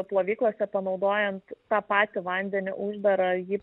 plovyklose panaudojant tą patį vandenį uždarąjį